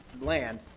land